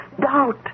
doubt